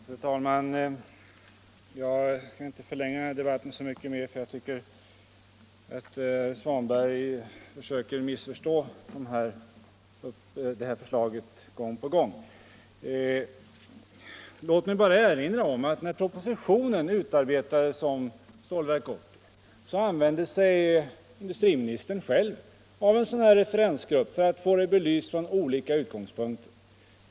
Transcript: Fru talman! Jag skall inte förlänga debatten så mycket mer. Jag tycker att herr Svanberg gång på gång försöker missförstå detta förslag. Låt mig bara erinra om att när propositionen om Stålverk 80 utarbetades använde sig industriministern själv av en referensgrupp för att få ärendet belyst från alla utgångspunkter.